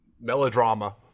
melodrama